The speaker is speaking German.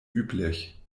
üblich